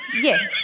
Yes